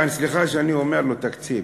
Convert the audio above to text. סליחה שאני קורא לו תקציב,